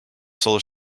solar